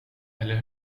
eller